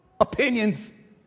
opinions